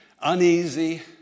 Uneasy